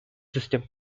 system